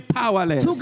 powerless